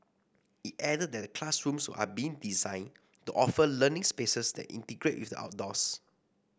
it added that classrooms are being designed to offer learning spaces that integrate with the outdoors